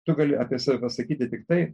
tu gali apie save pasakyti tiktai